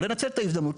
לנצל את ההזדמנות,